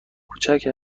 کوچک